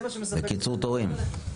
וקיצור תורים.